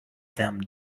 them